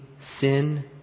sin